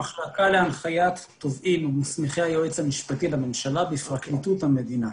במחלקה להנחיית תובעים מוסמכי היועץ המשפטי לממשלה בפרקליטות המדינה.